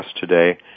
today